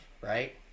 right